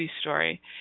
story